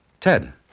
Ted